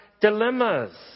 dilemmas